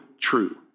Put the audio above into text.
true